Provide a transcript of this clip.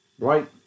right